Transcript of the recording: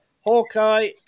Hawkeye